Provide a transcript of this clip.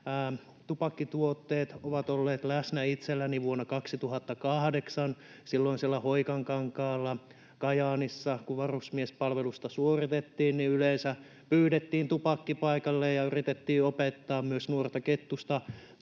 tupakkituotteet ovat olleet läsnä itselläni vuonna 2008. Silloisella Hoikankankaalla Kajaanissa, kun varusmiespalvelusta suoritettiin, niin yleensä pyydettiin tupakkipaikalle ja yritettiin opettaa myös nuorta Kettusta